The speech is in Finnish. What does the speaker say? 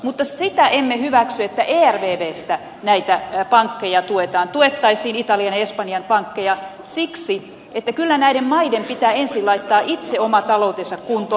mutta sitä emme hyväksy että ervvstä näitä pankkeja tuetaan tuettaisiin italian ja espanjan pankkeja siksi että kyllä näiden maiden pitää ensin laittaa itse oma taloutensa kuntoon